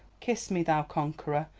kiss me, thou conqueror,